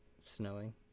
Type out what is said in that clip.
Snowing